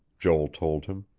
joel told him.